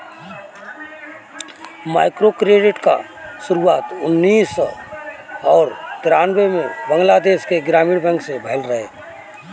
microcredit कअ शुरुआत उन्नीस और तिरानबे में बंगलादेश के ग्रामीण बैंक से भयल रहे